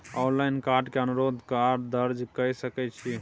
Online card के अनुरोध दर्ज के सकै छियै?